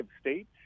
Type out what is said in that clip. state